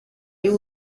y’u